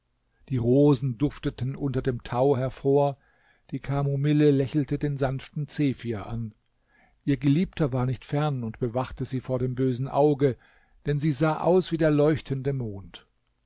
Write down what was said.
die rosen dufteten unter dem tau hervor die kamomille lächelte den sanften zephyr an ihr geliebter war nicht fern und bewachte sie vor dem bösen auge denn sie sah aus wie der leuchtende mond